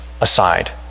aside